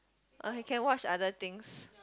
uh you can watch other things